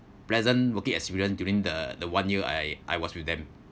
pleasant working experience during the the one year I I was with them